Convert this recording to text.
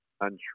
untrue